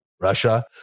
Russia